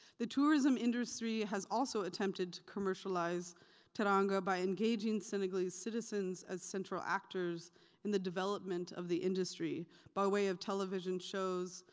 the tourism industry has also attempted to commercialize teranga by engaging senegalese citizens as central actors in the development of the industry by way of television shows,